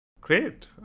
Great